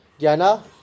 Diana